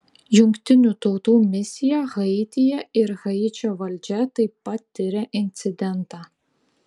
jungtinių tautų misija haityje ir haičio valdžia taip pat tiria incidentą